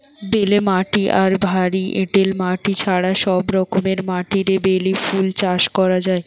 বেলে মাটি আর ভারী এঁটেল মাটি ছাড়া সব রকমের মাটিরে বেলি ফুল চাষ করা যায়